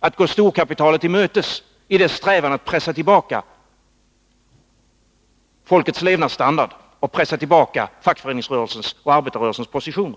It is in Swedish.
att gå storkapitalet till mötes i dess strävan att pressa tillbaka folkets levnadsstandard och fackföreningsrörelsens och arbetarrörelsens positioner?